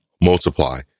multiply